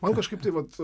man kažkaip tai vat